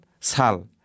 sal